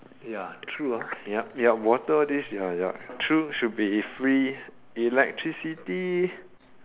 ya true ah yup yup water all this true should be free electricity